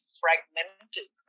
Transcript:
fragmented